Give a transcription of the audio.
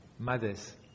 mothers